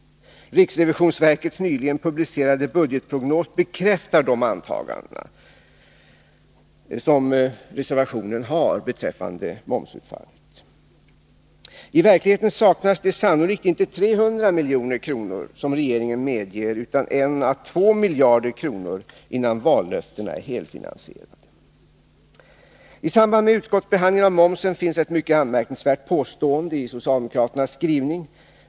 Riksrevisionsverkets nyligen publicerade budgetprognos bekräftar antagandena i reservationen beträffande momsutfallet. I verkligheten saknas det sannolikt inte 300 milj.kr., som regeringen medger, utan 1-2 miljarder kronor innan vallöftena är helfinansierade. I samband med utskottsbehandlingen av momsen finns ett mycket anmärkningsvärt påstående i socialdemokraternas skrivning.